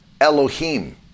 Elohim